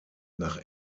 nach